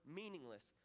meaningless